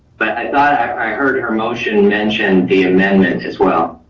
but i thought i heard her motion mentioned the amendment as well.